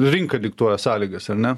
rinka diktuoja sąlygas ar ne